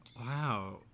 wow